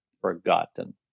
forgotten